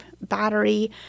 battery